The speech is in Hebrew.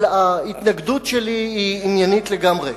אבל ההתנגדות שלי היא עניינית לגמרי.